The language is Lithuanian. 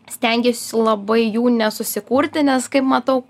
stengiuosi labai jų nesusikurti nes kaip matau